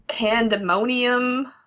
pandemonium